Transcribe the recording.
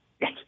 Yes